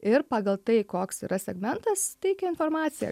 ir pagal tai koks yra segmentas teikia informaciją